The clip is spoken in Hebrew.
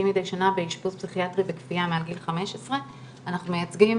מדי שנה באשפוז פסיכיאטרי בכפייה מעל גיל 15 אנחנו מייצגים